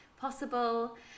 possible